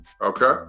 Okay